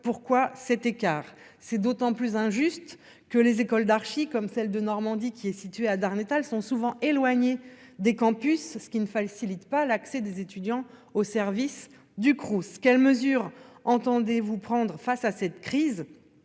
pourquoi cet écart. C'est d'autant plus injuste que les écoles d'archi comme celle de Normandie, qui est située à Darnétal sont souvent éloignées des Campus. Ce qui ne facilite pas l'accès des étudiants au service du cross, quelles mesures entendez-vous prendre face à cette crise.